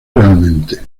realmente